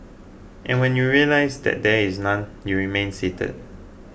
and when you realise that there is none you remain seated